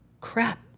crap